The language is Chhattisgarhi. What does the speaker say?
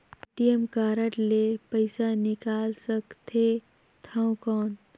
ए.टी.एम कारड ले पइसा निकाल सकथे थव कौन?